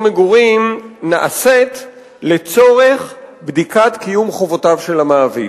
מגורים נעשית לצורך בדיקת קיום חובותיו של המעביד.